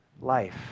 life